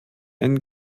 einen